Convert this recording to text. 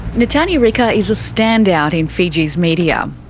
natani rika is a standout in fiji's media.